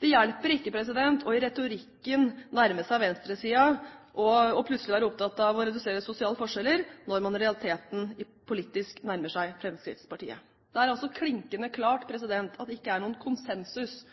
Det hjelper ikke i retorikken å nærme seg venstresiden og plutselig være opptatt av å redusere sosiale forskjeller, når man i realiteten politisk nærmer seg Fremskrittspartiet. Det er klinkende klart at det ikke er noen konsensus,